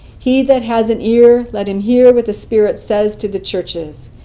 he that has an ear, let him hear what the spirit says to the churches!